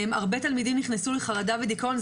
הרבה תלמידים נכנסו לחרדה ודיכאון.